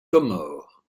comores